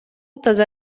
таза